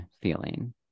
feeling